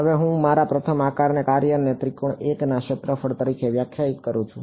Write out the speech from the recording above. હવે હું મારા પ્રથમ આકારના કાર્યને ત્રિકોણ 1 ના ક્ષેત્રફળ તરીકે વ્યાખ્યાયિત કરું છું